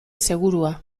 segurua